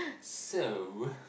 so